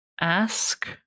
Ask